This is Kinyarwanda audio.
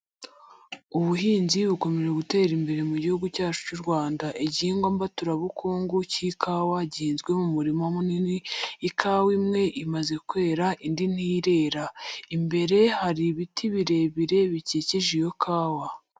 Ubuhinzi bukomeje gutera imbere mu gihugu cyacu cy'u Rwanda, igihingwa mbaturabukungu cy'ikawa gihinzwemo mu murima munini, ikawa imwe imaze kwera indi nti rera imbere hari ibiti birebire bikikije iyo kawa.